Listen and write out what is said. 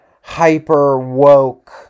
hyper-woke